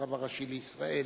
הרב הראשי לישראל